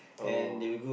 oh